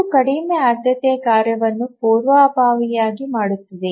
ಇದು ಕಡಿಮೆ ಆದ್ಯತೆಯ ಕಾರ್ಯವನ್ನು ಪೂರ್ವಭಾವಿಯಾಗಿ ಮಾಡುತ್ತದೆ